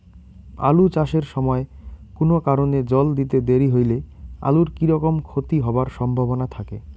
আলু চাষ এর সময় কুনো কারণে জল দিতে দেরি হইলে আলুর কি রকম ক্ষতি হবার সম্ভবনা থাকে?